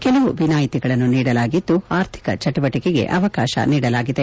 ಕೆಲವು ವಿನಾಯಿತಿಗಳನ್ನು ನೀಡಲಾಗಿದ್ದು ಆರ್ಥಿಕ ಚಟುವಟಿಕೆಗೆ ಅವಕಾಶ ನೀಡಲಾಗಿದೆ